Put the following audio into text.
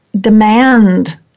demand